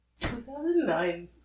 2009